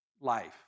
life